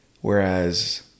whereas